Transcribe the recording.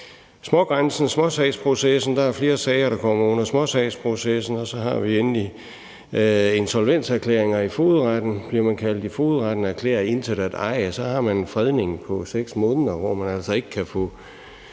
vedkommende er skyldig. Men der er flere sager, der kommer under småsagsprocessen. Og så har vi endelig en solvenserklæring i fogedretten. Bliver man kaldt i fogedretten og erklæret intet at eje, har man en fredning på 6 måneder, hvor man altså ikke kan få